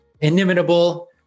inimitable